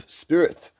spirit